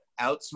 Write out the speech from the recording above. outsmart